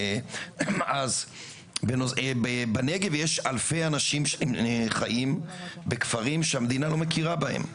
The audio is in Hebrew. אז בנגב יש אלפי אנשים שחיים בכפרים שהמדינה לא מכירה בהם.